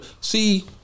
see